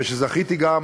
וזכיתי גם